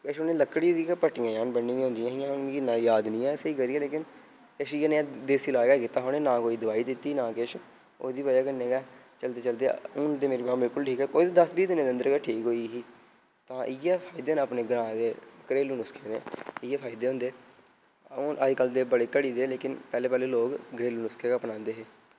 किश उ'नें लक्क्ड़ी दी गै पट्टियां जन बन्नी दियां होंदियां हियां हून मिं इन्ना याद निं ऐ स्हेई करियै लेकिन किश इ'यै नेहा देसी लाज गै कीता हा उ'नें ना कोई दवाई दित्ती ना किश ओह्दी वजह कन्नै गै चलदे चलदे हून ते मेरी बांह् बिल्कुल ठीक ऐ कोई ते दस बीह् दिनें दे अंदर गै ठीक होई दी ही तां इ'यै इं'दे ने अपने ग्रांऽ दे घरेलु नुस्कें दे इ'यै फायदे होंदे हून अज्जकल ते बड़े घटी दे लेकिन पैह्ले पैह्ले लोक घरेलु नुस्के गै अपनांदे हे